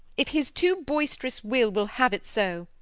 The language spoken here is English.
if his too boistrous will will have it so,